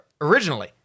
Originally